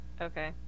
Okay